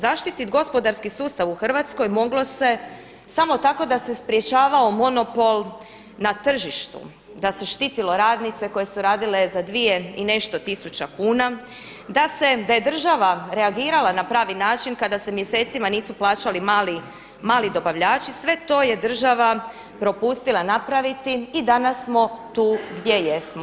Zaštiti gospodarski sustav u Hrvatskoj moglo se samo tako da se sprječavao monopol na tržištu, da se štitilo radnice koje su radile za 2 i nešto tisuća kuna, da je država reagirala na pravi način kada se mjesecima nisu plaćali mali dobavljači sve to je država propustila napraviti i danas smo tu gdje jesmo.